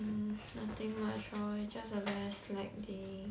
mm nothing much orh is just a very slack day